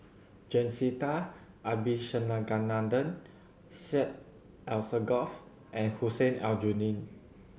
Jacintha Abisheganaden Syed Alsagoff and Hussein Aljunied